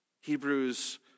Hebrews